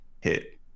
hit